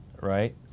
right